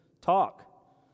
talk